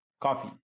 coffee